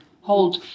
hold